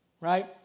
right